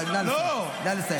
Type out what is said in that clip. נא לסיים.